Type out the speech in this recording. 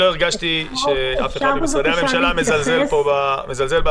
לא הרגשתי שאף אחד ממשרדי הממשלה מזלזל פה בעסקים.